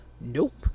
Nope